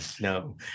no